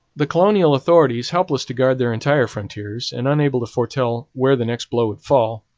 the colonial authorities, helpless to guard their entire frontiers and unable to foretell where the next blow would fall,